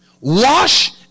Wash